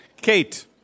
Kate